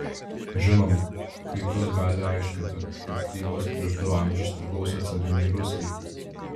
žinoma kai kas gali aiškinti kad krymas prieš du amžius priklausė carinei rusijai